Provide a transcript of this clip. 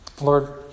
Lord